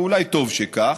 ואולי טוב שכך,